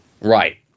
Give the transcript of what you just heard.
Right